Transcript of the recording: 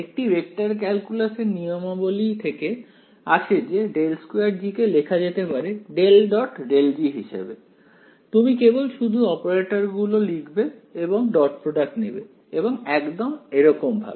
একটি vector calculus এর নিয়মাবলী থেকে আসে যে ∇2G কে লেখা যেতে পারে ∇·∇ G হিসেবে তুমি কেবল শুধু অপারেটরগুলো লিখবে এবং ডট প্রডাক্ট নেবে এবং একদম এরকমভাবে